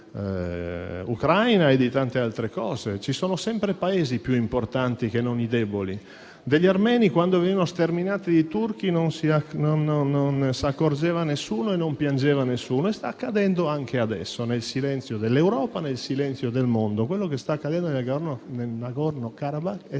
Ci sono sempre Paesi più importanti che non i deboli. Quando venivano sterminati dai turchi degli armeni non si accorgeva nessuno e non piangeva nessuno e sta accadendo anche adesso, nel silenzio dell'Europa e del mondo. Quello che sta accadendo nel *Nagorno-Karabakh* è